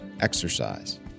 exercise